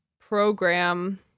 program